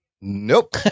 Nope